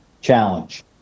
challenge